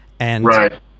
Right